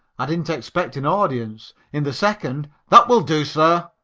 i didn't expect an audience. in the second that will do, sir,